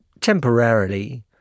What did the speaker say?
temporarily